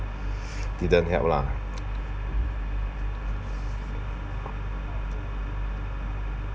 didn't help lah